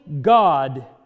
God